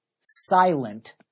Silent